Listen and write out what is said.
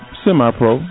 semi-pro